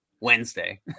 Wednesday